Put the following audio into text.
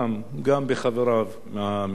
גם בחבריו מהמתנחלים,